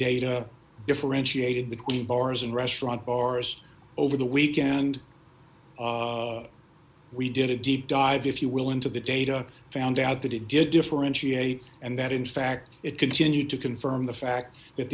data differentiated between bars and restaurants bars over the weekend we did a deep dive if you will into the data found out that it did differentiate and that in fact it continued to confirm the fact that